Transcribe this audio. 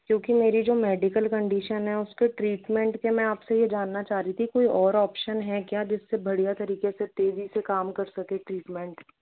क्योंकि मेरी जो मेडिकल कंडिशन है उसके ट्रीटमेंट के मैं आपसे ये जानना चाह रही थी कोई और ऑप्शन है क्या जिससे बढ़िया तरीके से तेजी से काम कर सकें ट्रीटमेंट